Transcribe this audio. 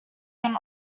than